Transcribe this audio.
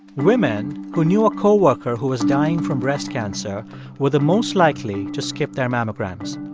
women who knew a coworker who was dying from breast cancer were the most likely to skip their mammograms.